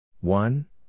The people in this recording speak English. One